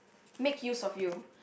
make use of you